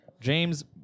James